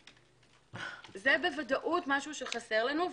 זה בוודאות משהו שחסר לנו.